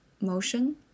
motion